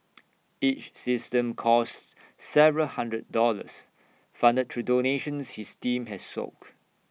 each system costs several hundred dollars funded through donations his team has sock